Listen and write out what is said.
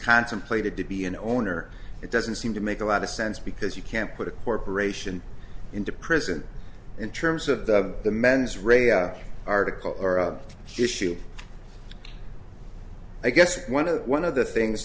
contemplated to be an owner it doesn't seem to make a lot of sense because you can't put a corporation into prison in terms of the mens rea article or issue i guess one of one of the things